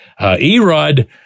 Erod